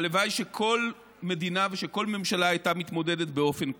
הלוואי שכל מדינה וכל ממשלה הייתה מתמודדת באופן כזה.